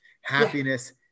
Happiness